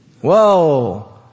Whoa